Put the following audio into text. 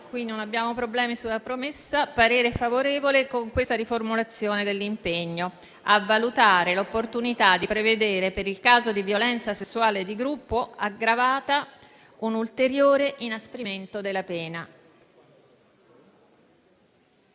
non abbiamo problemi sulla premessa. Esprimo parere favorevole, con la seguente riformulazione dell'impegno: «a valutare l'opportunità di prevedere per il caso di violenza sessuale di gruppo aggravata un ulteriore inasprimento della pena». Esprimo